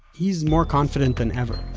he is more confident than ever.